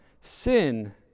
Sin